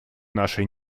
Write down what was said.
нашей